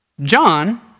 John